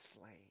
slain